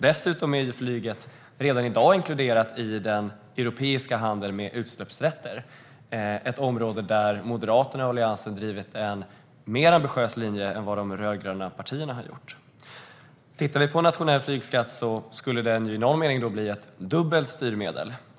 Dessutom är flyget redan i dag inkluderat i den europeiska handeln med utsläppsrätter, ett område där Moderaterna och Alliansen har drivit en mer ambitiös linje än de rödgröna partierna har gjort. En nationell flygskatt skulle i någon mening bli ett dubbelt styrmedel.